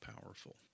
powerful